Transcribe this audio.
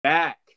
back